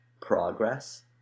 progress